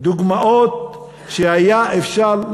דוגמאות שהיה אפשר,